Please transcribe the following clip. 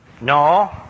no